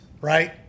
right